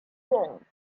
wrong